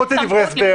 עזבו את דברי ההסבר,